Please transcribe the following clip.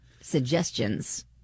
suggestions